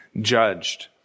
judged